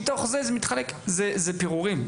אלה פירורים.